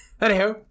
Anyhow